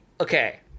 okay